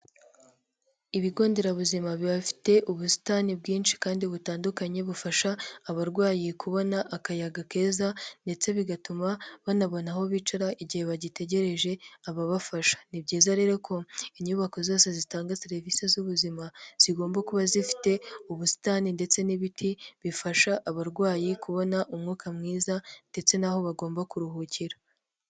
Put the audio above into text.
Ibigo nderabuzima bibafite ubusitani bwinshi kandi butandukanye, bufasha abarwayi kubona akayaga keza ndetse bigatuma banabona aho bicara igihe bagitegereje ababafasha, ni byiza rero ko inyubako zose zitanga serivisi z'ubuzima zigomba kuba zifite ubusitani ndetse n'ibiti bifasha abarwayi kubona umwuka mwiza ndetse n'aho bagomba kuruhukira.